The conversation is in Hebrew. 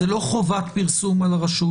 זה לא חובת פרסום על הרשות.